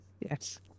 Yes